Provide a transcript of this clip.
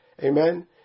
Amen